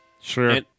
Sure